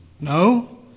No